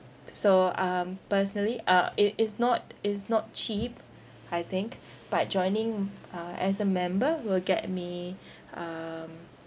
so um personally uh it it's not it's not cheap I think but joining uh as a member will get me um